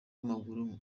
w’amaguru